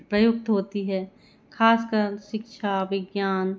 प्रयुक्त होती है खासकर शिक्षा विज्ञान